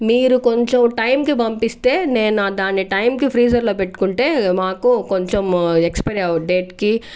మీరు కొంచెం టైమ్ కి పంపిస్తే నేను దాన్ని టైమ్ కి ఫ్రీజర్ లో పెట్టుకుంటే మాకు కొంచెం ఎక్స్పైరీ డేట్ కి